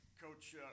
Coach